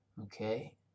okay